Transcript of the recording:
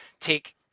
take